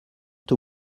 too